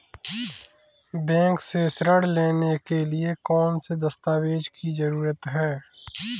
Bank से ऋण लेने के लिए कौन से दस्तावेज की जरूरत है?